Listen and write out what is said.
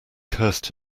cursed